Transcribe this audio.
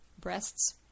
Breasts